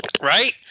Right